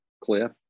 Cliff